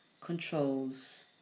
controls